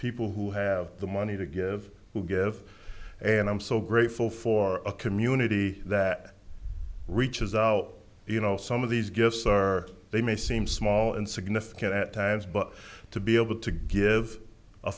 people who have the money to give to give and i'm so grateful for a community that reaches out you know some of these gifts are they may seem small and significant at times but to be able to give a